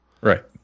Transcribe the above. right